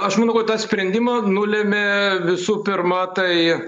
aš manau kad tą sprendimą nulėmė visų pirma tai